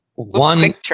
One